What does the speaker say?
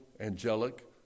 angelic